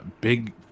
big